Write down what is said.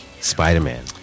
Spider-Man